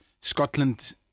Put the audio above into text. Scotland